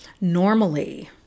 Normally